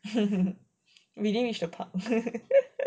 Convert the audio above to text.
we didn't reach the park